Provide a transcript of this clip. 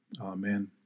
Amen